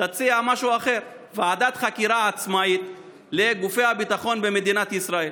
תציע משהו אחר: ועדת חקירה עצמאית לגופי הביטחון במדינת ישראל.